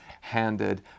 handed